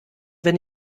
wenn